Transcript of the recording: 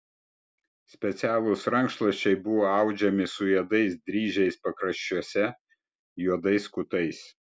specialūs rankšluosčiai buvo audžiami su juodais dryžiais pakraščiuose juodais kutais